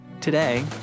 Today